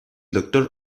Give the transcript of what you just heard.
doctor